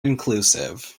inclusive